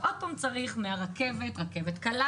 שוב צריך להמציא מהרכבת רכבת קלה,